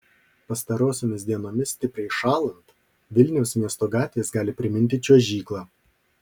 pastarosiomis dienomis stipriai šąlant vilniaus miesto gatvės gali priminti čiuožyklą